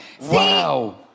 Wow